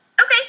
Okay